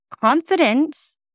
Confidence